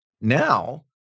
Now